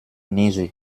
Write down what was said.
niese